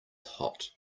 hot